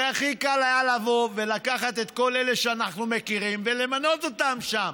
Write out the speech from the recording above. הרי הכי קל היה לבוא ולקחת את כל אלה שאנחנו מכירים ולמנות אותם שם,